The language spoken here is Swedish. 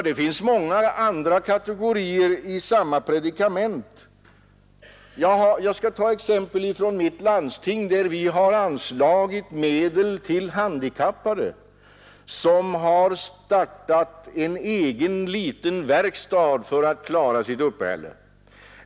Det finns många andra kategorier i samma predikament. Jag skall ta ett exempel från mitt landsting, där vi har anslagit medel till handikappade som har startat en egen liten verkstad för att klara sitt uppehälle.